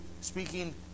speaking